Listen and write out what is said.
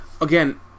again